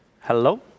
hello